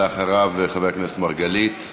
אחריו, חבר הכנסת מרגלית.